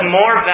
more